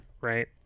Right